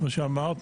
כמו שאמרת,